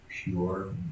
pure